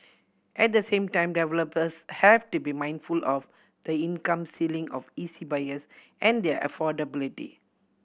at the same time developers have to be mindful of the income ceiling of E C buyers and their affordability